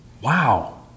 Wow